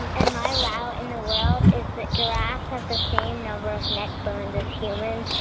and and my wow in the world is that giraffes have the same number of neck bones as humans,